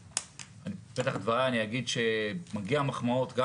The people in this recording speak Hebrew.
בפתח דבריי אגיד שמגיעות מחמאות גם